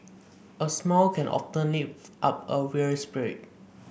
a smile can often lift up a weary spirit